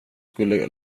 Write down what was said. skulle